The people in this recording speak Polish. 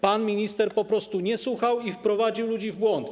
Pan minister po prostu nie słuchał i wprowadził ludzi w błąd.